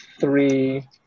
three